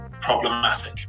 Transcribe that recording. problematic